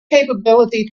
capability